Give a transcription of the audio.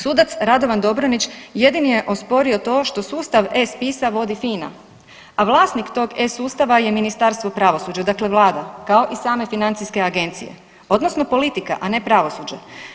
Sudac Radovan Dobronić jedini je osporio to što sustav e-spisa vodi Fina a vlasnik tog sustava je Ministarstvo pravosuđa, dakle Vlada kao i same financijske agencije, odnosno politika a ne pravosuđe.